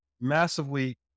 massively